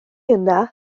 yna